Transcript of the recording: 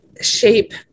shape